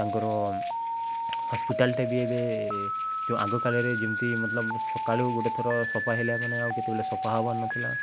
ତାଙ୍କର ହସ୍ପିଟାଲଟା ବି ଏବେ ଯେଉଁ ଆଗକାଳରେ ଯେମିତି ମତଲବ ସକାଳୁ ଗୋଟେ ଥର ସଫା ହେଲା ମାନେ ଆଉ କେତେବେଲେ ସଫା ହବାର ନଥିଲା